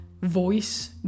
voice